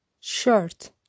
shirt